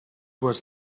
was